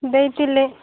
ଦେଇଥିଲେ